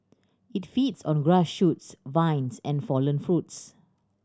it feeds on grass shoots vines and fallen fruits